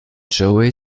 joey